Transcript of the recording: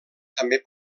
també